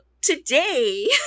today